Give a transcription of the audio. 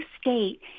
state